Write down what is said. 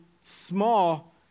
small